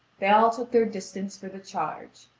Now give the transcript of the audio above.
they all took their distance for the charge.